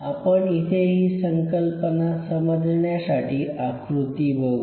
आपण इथे ही संकल्पना समजण्यासाठी आकृती बघू